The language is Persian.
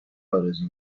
آرزو